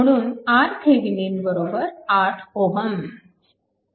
म्हणून RThevenin 8 Ω